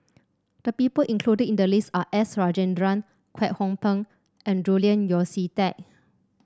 the people included in the list are S Rajendran Kwek Hong Png and Julian Yeo See Teck